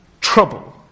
trouble